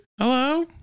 Hello